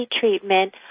treatment